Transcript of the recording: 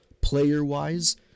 player-wise